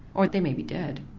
or they may be dead.